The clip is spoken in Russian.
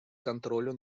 контролю